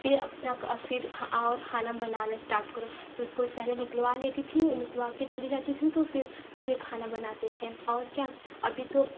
फिर अपना का फिर ख और खाना बनाना स्टार्ट करो तो उसको पहले निकलवा लेती थीं और निकलवा के चली जाती थीं तो फिर फिर खाना बनाते थे और क्या अभी तो